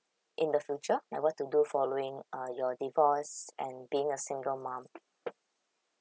in the future like what to do following uh your divorce and being a single mom